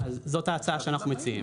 --- הבאים.